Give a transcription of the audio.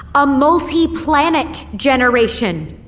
a multi-planet generation,